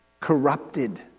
corrupted